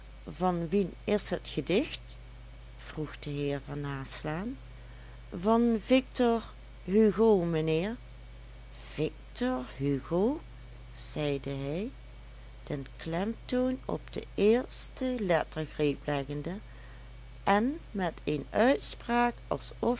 van wien is het gedicht vroeg de heer van naslaan van victor hugo mijnheer victor hugo zeide hij den klemtoon op de eerste lettergreep leggende en met een uitspraak alsof